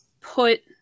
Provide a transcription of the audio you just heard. put